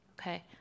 okay